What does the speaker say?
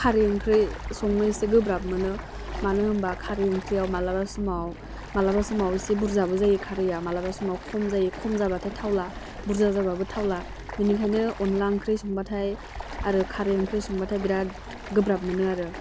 खारै ओंख्रि संनो एसे गोब्राब मोनो मानो होमबा खारै ओंख्रियाव मालाबा समाव मालाबा समाव एसे बुरजाबो जायो खारैया मालाबा समाव खम जायो खम जाबाथाय थावला बुरजा जाबाबो थावला बिनिखायनो अनला ओंख्रै संबाथाय आरो खारै ओंख्रि संबाथाय बिराथ गोब्राब मोनो आरो